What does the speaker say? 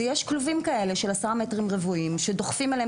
ויש כלובים כאלה של עשרה מטרים רבועים שדוחפים אליהם